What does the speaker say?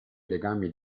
legami